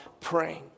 praying